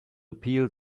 appeal